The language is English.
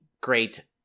great